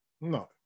No